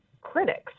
critics